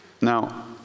Now